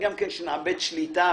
לנו, כרשות שמבצעת אכיפה,